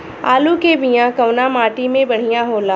आलू के बिया कवना माटी मे बढ़ियां होला?